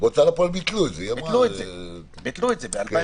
ביטלו את זה ב-2014,